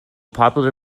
popular